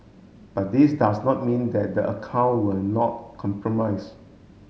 but this does not mean that the account were not compromise